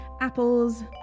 Apple's